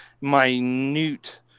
minute